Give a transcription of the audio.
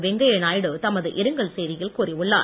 வெங்கைய நாயுடு தமது இரங்கல் செய்தியில் கூறியுள்ளார்